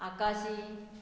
आक्षी